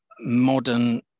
modern